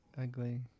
ugly